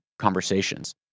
conversations